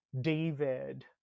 David